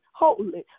holy